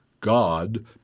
God